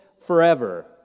forever